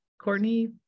Courtney